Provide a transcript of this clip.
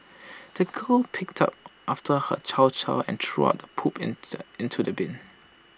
the girl picked up after her chow chow and threw the poop in into the bin